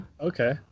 Okay